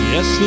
Yes